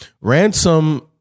Ransom